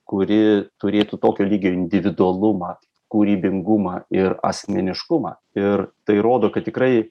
kuri turėtų tokio lygio individualumą kūrybingumą ir asmeniškumą ir tai rodo kad tikrai